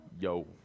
Yo